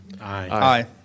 Aye